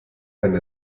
ein